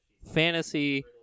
Fantasy